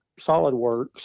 SolidWorks